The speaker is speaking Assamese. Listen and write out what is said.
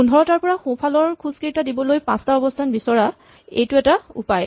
১৫ টাৰ পৰা সোঁফালৰ খোজকেইটা দিবলৈ পাঁচটা অৱস্হান বিচৰাৰ এইটো এটা উপায়